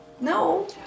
No